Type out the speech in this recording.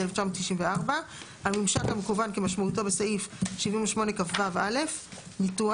התשנ"ד-1994; "הממשק המקוון" - כמשמעותו בסעיף 78כו(א); "ניתוח"